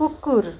कुकुर